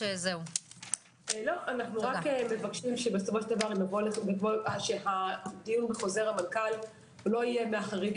אנו מבקשים שהדיון בחוזר המנכ"ל לא יהיה מהחריג